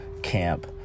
camp